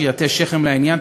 שיטה שכם לעניין,